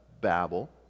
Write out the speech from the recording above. Babel